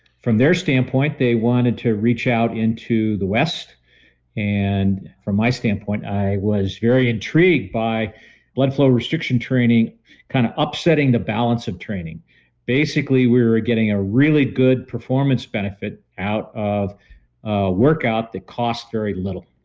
from their standpoint they wanted to reach out into the west and from my standpoint, i was very intrigued by blood flow restriction training kind of upsetting the balance of training basically, we were getting a really good performance benefit out of ah work out cost very little.